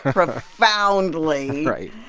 profoundly. right.